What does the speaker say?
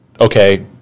okay